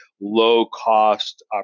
low-cost